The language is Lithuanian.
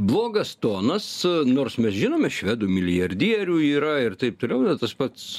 blogas tonas nors mes žinome švedų milijardierių yra ir taip toliau ir tas pats